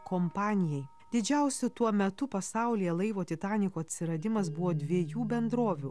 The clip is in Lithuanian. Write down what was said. kompanijai didžiausio tuo metu pasaulyje laivo titaniko atsiradimas buvo dviejų bendrovių